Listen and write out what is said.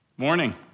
Morning